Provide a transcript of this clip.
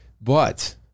but-